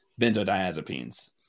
benzodiazepines